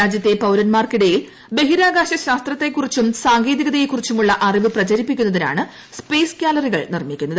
രാജ്യത്തെ പൌരന്മാർക്കിടയിൽ ബഹിരാകാശ ശാസ്ത്രത്തെക്കുറിച്ചും സാങ്കേതികതയെ കുറിച്ചുമുള്ള അറിവ് പ്രചരിപ്പിക്കുന്നതിനാണ് ഗാലറികൾ നിർമ്മിക്കുന്നത്